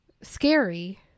scary